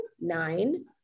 nine